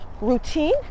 routine